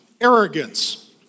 arrogance